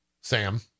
Sam